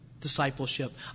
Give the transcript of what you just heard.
discipleship